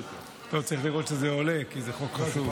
צריך לראות שזה עולה, כי זה חוק חשוב.